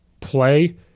play